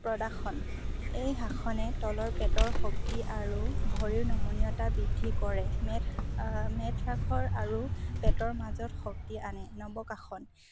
পদাসন এই আসনে তলৰ পেটৰ শক্তি আৰু ভৰিৰ নমনীয়তা বৃদ্ধি কৰে হ্ৰাস আৰু পেটৰ মাজত শক্তি আনে নৌকাসন